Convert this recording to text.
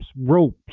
Ropes